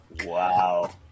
Wow